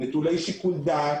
ושיקול דעת.